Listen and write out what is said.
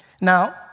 Now